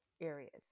areas